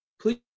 please